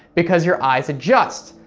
because your eyes adjust.